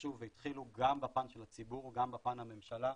שהתרחשו והתחילו גם בפן של הציבור וגם בפן הממשלה.